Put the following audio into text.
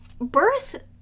birth